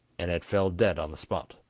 and it fell dead on the spot.